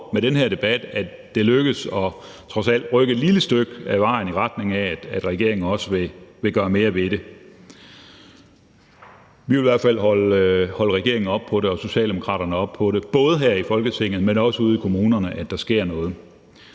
med den her debat trods alt lykkes at komme et lille stykke ad vejen, i retning af at regeringen også vil gøre mere ved det. Vi vil i hvert fald holde regeringen og Socialdemokraterne op på – både her i Folketinget, men også ude i kommunerne – at der sker noget.